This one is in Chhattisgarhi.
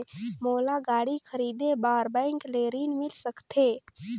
मोला गाड़ी खरीदे बार बैंक ले ऋण मिल सकथे?